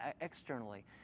externally